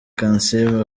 kansiime